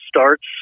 starts